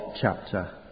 chapter